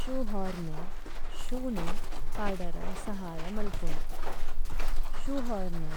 ശുഹരനേ ശൂനു പദ്ദേര് സഹയമല്പലു। ശുഹരനേ